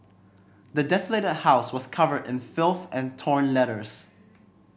the desolated house was covered in filth and torn letters